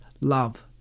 love